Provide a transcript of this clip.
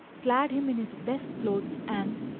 clad him in his best clothes and,